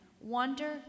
Wonder